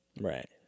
Right